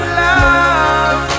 love